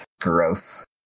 Gross